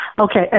Okay